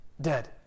Dead